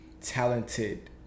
talented